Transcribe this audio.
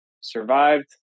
survived